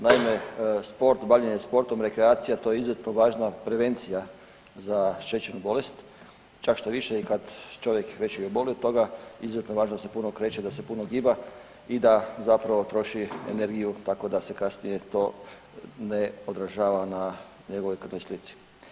Naime sport, bavljenje sportom i rekreacija, to je izuzetno važna prevencija za šećernu bolest, čak štoviše i kad čovjek već i oboli od toga izuzetno je važno da se puno kreće, da se puno giba i da zapravo troši energiju tako da se kasnije to ne odražava na njegovoj krvnoj slici.